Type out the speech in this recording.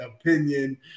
opinion